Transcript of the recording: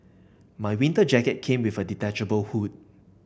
my winter jacket came with a detachable hood